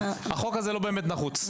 החוק הזה לא באמת נחוץ.